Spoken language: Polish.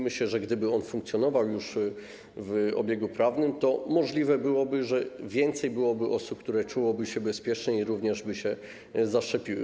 Myślę, że gdyby on funkcjonował już w obiegu prawnym, to możliwe byłoby, że więcej byłoby osób, które czułyby się bezpiecznie i również by się zaszczepiły.